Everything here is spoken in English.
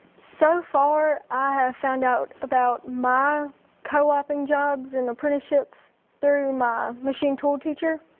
so far i have found out about my co oping jobs and apprenticeships through my machine tool teacher.